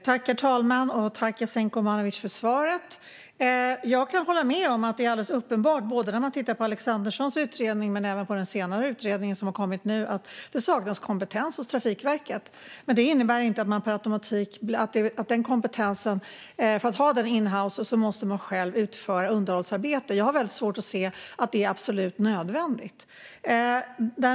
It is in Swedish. Herr talman! Tack, Jasenko Omanovic, för svaret! Jag kan hålla med om att det är uppenbart att det saknas kompetens hos Trafikverket. Det ser man både i Alexanderssons utredning och i den senare utredning som har kommit nu. Men att man ska ha den kompetensen in-house innebär inte per automatik att man själv också måste utföra underhållsarbete. Jag har svårt att se att det är absolut nödvändigt.